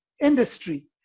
industry